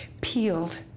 peeled